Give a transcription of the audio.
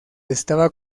estaba